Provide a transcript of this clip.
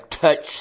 touched